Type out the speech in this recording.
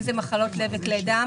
אם זה מחלות לב וכלי דם